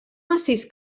massís